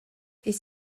est